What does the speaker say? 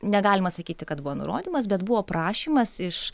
negalima sakyti kad buvo nurodymas bet buvo prašymas iš